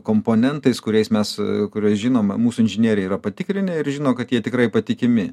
komponentais kuriais mes kurias žinoma mūsų inžinieriai yra patikrinę ir žino kad jie tikrai patikimi